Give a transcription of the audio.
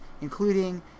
including